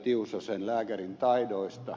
tiusasen lääkärintaidoista